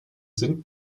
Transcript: sind